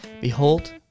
Behold